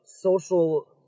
social